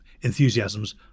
enthusiasms